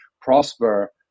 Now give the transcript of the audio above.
prosper